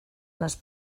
les